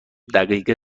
دقیقه